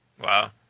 wow